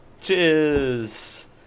Cheers